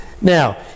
Now